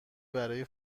برای